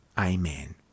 Amen